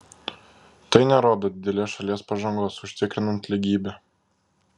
tai nerodo didelės šalies pažangos užtikrinant lygybę